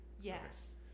yes